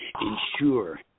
Ensure